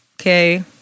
okay